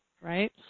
right